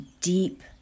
deep